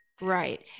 right